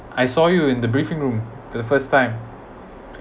I saw you in the briefing room for the first time